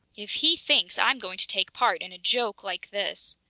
if he thinks i'm going to take part in a joke like this.